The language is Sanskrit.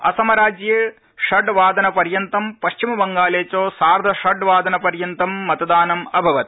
असमराज्ये षड्वादनपर्यन्तं पश्चिमबंगाले च सार्धषड्वादन यावत् मतदानम् अभवत्